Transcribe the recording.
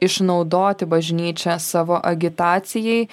išnaudoti bažnyčią savo agitacijai